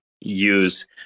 use